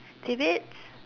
tidbits